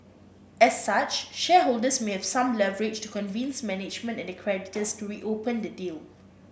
as such shareholders may have some leverage to convince management and the creditors to reopen the deal